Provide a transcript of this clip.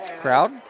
Crowd